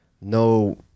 No